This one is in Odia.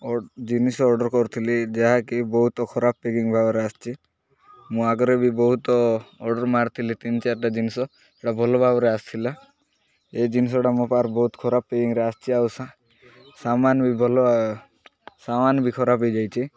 ଜିନିଷ ଅର୍ଡ଼ର୍ କରୁଥିଲି ଯାହାକି ବହୁତ ଖରାପ ପ୍ୟାକିଂ ଭାବରେ ଆସି ମୁଁ ଆଗରେ ବି ବହୁତ ଅର୍ଡ଼ର୍ ମାରିଥିଲି ତିନି ଚାରିଟା ଜିନିଷ ସେଟା ଭଲ ଭାବରେ ଆସିଥିଲା ଏ ଜିନିଷଟା ମୋ ପା ବହୁତ ଖରାପ ପ୍ୟାକିଙ୍ଗରେ ଆସିଚି ଆଉ ସାମାନ ବି ଭଲ ସାମାନ ବି ଖରାପ ହୋଇଯାଇଛି